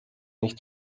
nicht